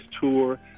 tour